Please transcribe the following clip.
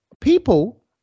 People